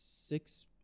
six